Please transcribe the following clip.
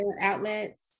outlets